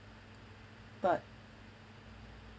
but